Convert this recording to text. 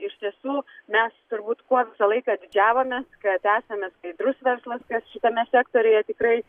iš tiesų mes turbūt kuo visą laiką didžiavomės kad esame skaidrus verslas kas šitame sektoriuje tikrai